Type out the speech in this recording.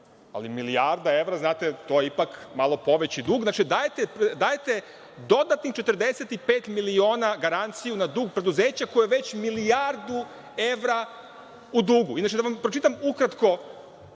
ali milijarda evra, znate, to je ipak malo poveći dug. Znači, dajete dodatnih 45 miliona garanciju na dug preduzeća koji je već milijardu evra u dugu. Da vam pročitam ukratko